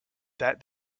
that